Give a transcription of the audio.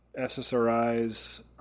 SSRIs